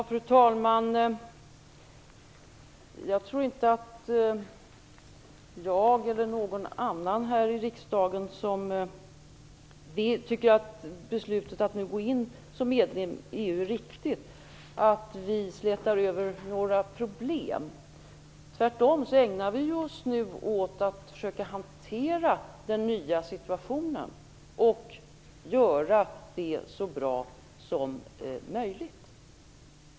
Fru talman! Jag tror inte att jag eller någon annan här i riksdagen, som tycker att beslutet att gå in som medlem i EU är riktigt, slätar över några problem. Vi ägnar oss tvärtom åt att försöka hantera den nya situationen och göra det så bra som möjligt.